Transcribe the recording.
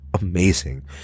amazing